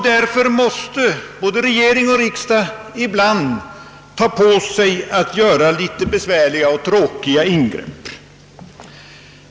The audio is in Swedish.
Därför måste både regering och riksdag ibland ta på sig att göra litet besvärliga och tråkiga in Srepp.